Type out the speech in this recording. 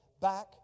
back